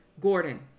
Gordon